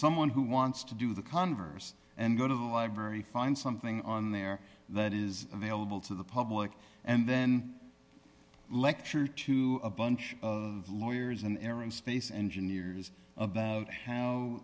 someone who wants to do the converse and go to the library find something on there that is available to the public and then lecture to a bunch of lawyers and aerospace engineers about how